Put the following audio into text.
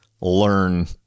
learn